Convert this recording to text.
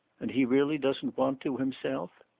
and he really doesn't want to himself?